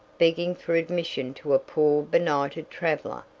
begging for admission to a poor benighted traveler.